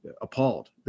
appalled